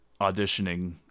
auditioning